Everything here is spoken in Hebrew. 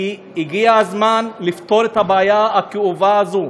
כי הגיע הזמן לפתור את הבעיה הכאובה הזאת.